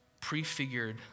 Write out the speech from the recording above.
prefigured